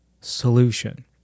solution